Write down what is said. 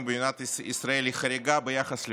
במדינת ישראל היא חריגה ביחס לעולם,